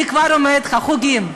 אני כבר אומרת לך, חוגים.